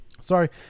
Sorry